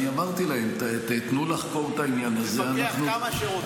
אני אמרתי להם: תנו לחקור את העניין --- לפקח כמה שרוצים.